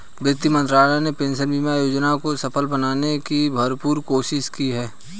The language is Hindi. वित्त मंत्रालय ने पेंशन बीमा योजना को सफल बनाने की भरपूर कोशिश की है